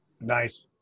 nice